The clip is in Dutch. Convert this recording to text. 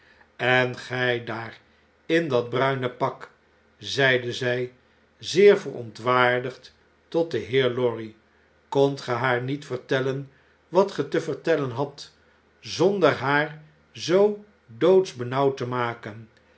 en gjj daar in dat bruine pak zeide zjj zeer verontwaardigd tot den heer lorry kondt ge haar niet vertellen wat ge te vertellen hadt zonder haar zoo doodsbenauwd te maken